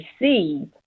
receive